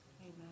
amen